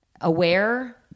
aware